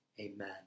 amen